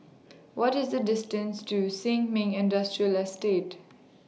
What IS The distance to Sin Ming Industrial Estate